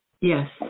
Yes